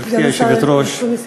בבקשה, אדוני.